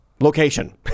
location